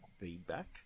feedback